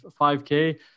5k